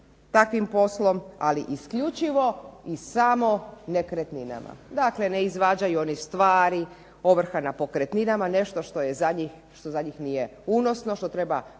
takvim poslom ali isključivo i samo nekretninama. Dakle ne izvađaju oni stvari ovrha na pokretninama nešto što za njih nije unosno što treba posla